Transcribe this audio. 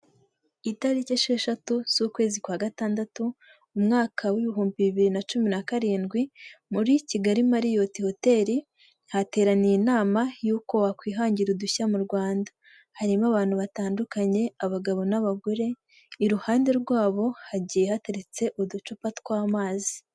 Itariki esheshatu z'ukwezi kwa gatandatu umwaka w'ibihumbi bibiri na cumi na karindwi, muri Kigali mariyoti hoteri hateraniye inama y'uko wakwihangira udushya mu Rwanda, harimo abantu batandukanye abagabo n'abagore, iruhande rwabo hagiye hateretse uducupa tw'amazi.